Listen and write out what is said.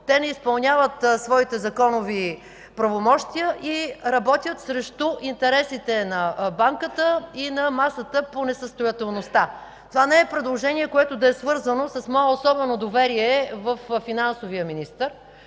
те не изпълняват своите законови правомощия и работят срещу интересите на Банката и на масата по несъстоятелността. Това не е предложение, което да е свързано с мое особено доверие във финансовия министър,